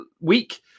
week